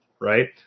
right